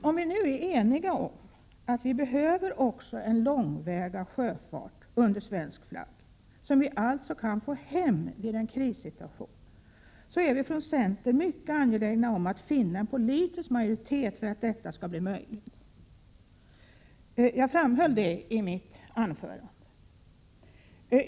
Om det nu finns enighet om att vi behöver också en långväga sjöfart under svensk flagg, fartyg som vi alltså kan få hem i en krissituation, är vi från centerns sida mycket angelägna om att få till stånd en politisk majoritet för att detta skall bli möjligt. Jag framhöll det i mitt anförande.